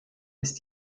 ist